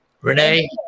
Renee